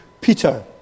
Peter